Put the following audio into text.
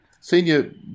senior